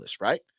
right